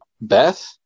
Beth